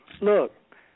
look